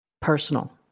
personal